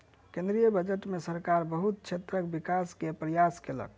केंद्रीय बजट में सरकार बहुत क्षेत्रक विकास के प्रयास केलक